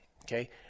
Okay